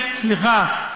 סליחה,